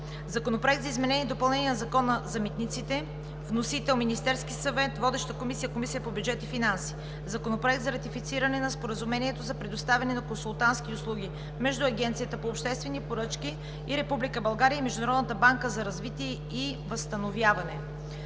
Законопроект за изменение и допълнение на Закона за митниците. Вносител е Министерският съвет. Водеща е Комисията по бюджет и финанси. Законопроект за ратифициране на Споразумението за предоставяне на консултантски услуги между Агенцията по обществени поръчки и Република България и Международната банка за развитие и възстановяване.